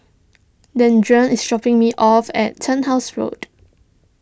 Deirdre is dropping me off at Turnhouse Road